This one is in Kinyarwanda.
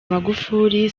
magufuli